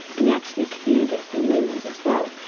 and you actually see this in humans as well.